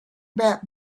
about